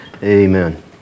amen